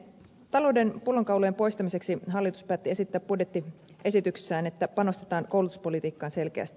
talouden pullonkaulojen poistamiseksi hallitus päätti esittää budjettiesityksessään että panostetaan koulutuspolitiikkaan selkeästi